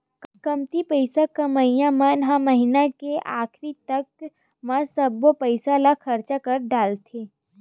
कमती पइसा कमइया मन ह महिना के आखरी तक म सब्बो पइसा ल खरचा कर डारथे